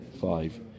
five